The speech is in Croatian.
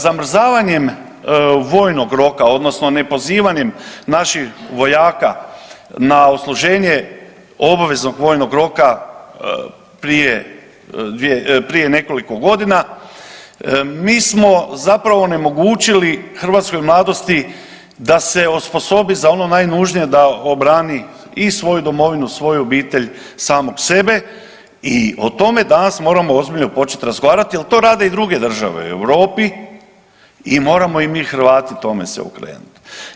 Zamrzavanjem vojnog roka odnosno ne pozivanjem naših vojaka na odsluženje obaveznog vojnog roka prije dvije, prije nekoliko godina mi smo zapravo onemogućili hrvatskoj mladosti da se osposobi za ono najnužnije da obrani i svoju domovinu, svoju obitelj, samog sebe i o tome danas moramo ozbiljno početi razgovarati jer to rade i druge države u Europi i moramo i mi Hrvati tome se okrenuti.